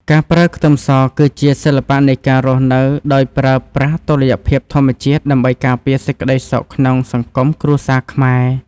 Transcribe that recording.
ការប្រើខ្ទឹមសគឺជាសិល្បៈនៃការរស់នៅដោយប្រើប្រាស់តុល្យភាពធម្មជាតិដើម្បីការពារសេចក្តីសុខក្នុងសង្គមគ្រួសារខ្មែរ។